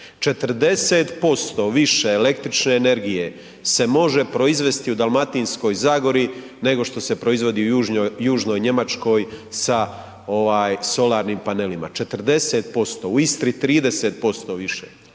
40% više električne energije se može proizvesti u Dalmatinskoj zagori nego što se proizvodi u južnoj Njemačkoj sa solarnim panelima, 40%, u Istri 30% više.